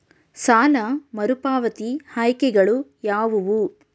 ಸಾಲ ಮರುಪಾವತಿ ಆಯ್ಕೆಗಳು ಯಾವುವು?